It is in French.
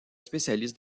spécialiste